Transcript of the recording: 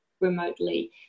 remotely